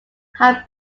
have